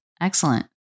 excellent